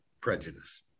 prejudice